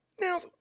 Now